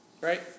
right